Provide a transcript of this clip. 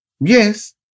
Yes